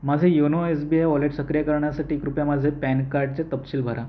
माझे YONO S B I wallet सक्रिय करण्यासाठी कृपया माझे पॅन कार्डचे तपशील भरा